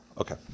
Okay